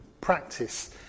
practice